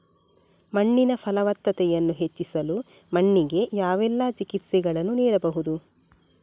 ಮಣ್ಣಿನ ಫಲವತ್ತತೆಯನ್ನು ಹೆಚ್ಚಿಸಲು ಮಣ್ಣಿಗೆ ಯಾವೆಲ್ಲಾ ಚಿಕಿತ್ಸೆಗಳನ್ನು ನೀಡಬಹುದು?